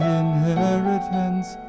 inheritance